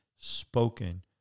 spoken